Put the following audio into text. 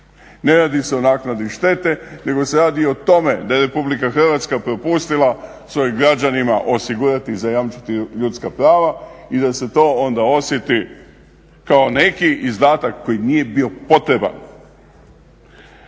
ne radi se o naknadi štete nego se radi o tome da RH propustila svojim građanima osigurati, zajamčiti ljudska prava i da se to onda osjeti kao neki izdatak koji nije bio potreban.